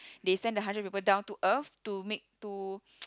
they send the hundred people down to earth to make to